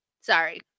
Sorry